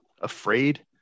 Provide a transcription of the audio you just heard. afraid